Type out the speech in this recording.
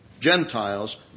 Gentiles